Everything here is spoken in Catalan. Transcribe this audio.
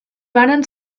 varen